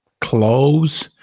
close